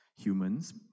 humans